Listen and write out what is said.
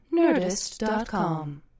Nerdist.com